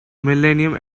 millennium